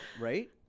right